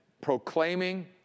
proclaiming